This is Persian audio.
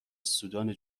سودان